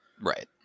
Right